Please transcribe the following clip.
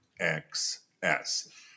XS